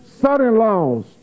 son-in-laws